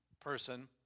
person